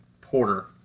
porter